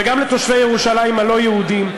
וגם לתושבי ירושלים הלא-יהודים,